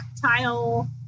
tactile